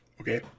Okay